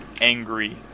angry